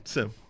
Sim